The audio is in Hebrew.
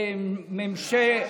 ראש ממששת,